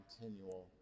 continual